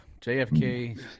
JFK